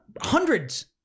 hundreds